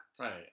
Right